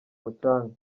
mucanga